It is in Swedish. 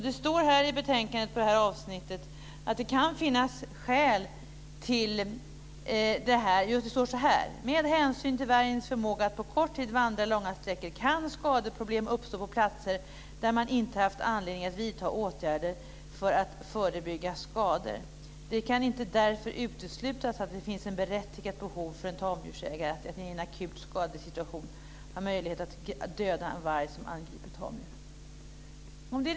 Det står i betänkandet under det här avsnittet: "Med hänsyn till vargens förmåga att på kort tid vandra långa sträckor kan skadeproblem uppstå på platser där man inte haft anledning att vidta åtgärder för att förebygga skador. Det kan därför inte uteslutas att det kan finnas ett berättigat behov för tamdjursägare att i akuta skadesituationer ha möjlighet att döda en varg som angriper tamdjur."